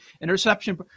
Interception